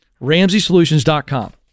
Ramseysolutions.com